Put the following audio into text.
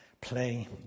play